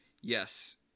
Yes